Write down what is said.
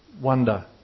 wonder